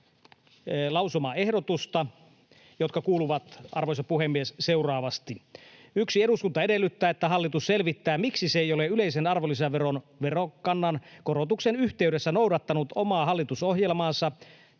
lausumaehdotusta, jotka kuuluvat, arvoisa puhemies, seuraavasti: ”1) Eduskunta edellyttää, että hallitus selvittää, miksi se ei ole yleisen arvonlisäveron verokannan korotuksen yhteydessä noudattanut omaa hallitusohjelmaansa,